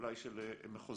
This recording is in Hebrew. אולי של מחוזות.